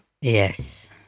Yes